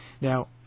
Now